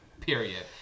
period